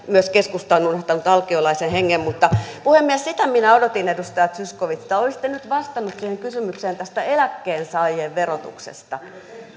myös keskusta on unohtanut alkiolaisen hengen mutta puhemies sitä minä odotin edustaja zyskowicz että olisitte nyt vastannut siihen kysymykseen tästä eläkkeensaajien verotuksesta